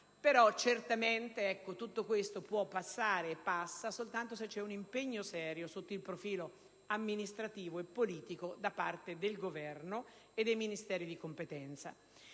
Certamente questo può avvenire soltanto se c'è un impegno serio sotto il profilo amministrativo e politico da parte del Governo e dei Ministeri di competenza.